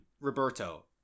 Roberto